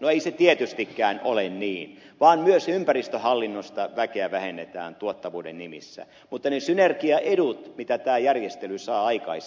no ei se tietystikään ole niin vaan myös ympäristöhallinnosta väkeä vähennetään tuottavuuden nimissä mutta ne synergiaedut mitä tämä järjestely saa aikaan